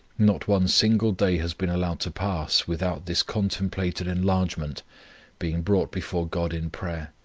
not one single day has been allowed to pass, without this contemplated enlargement being brought before god in prayer,